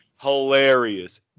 Hilarious